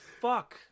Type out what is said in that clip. fuck